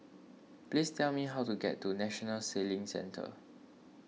please tell me how to get to National Sailing Centre